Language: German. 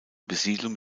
besiedlung